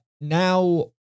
now